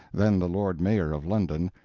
then the lord mayor of london,